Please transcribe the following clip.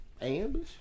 Ambush